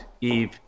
Eve